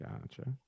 gotcha